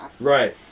Right